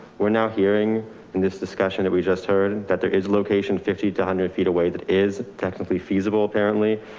we're now hearing in this discussion that we just heard that there is location fifty to a hundred feet away that is technically feasible apparently,